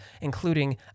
including